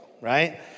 right